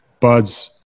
buds